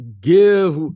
give